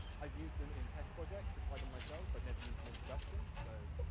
i've used them in test projects to try them myself, but never used them in production, so,